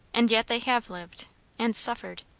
and yet they have lived and suffered.